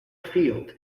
field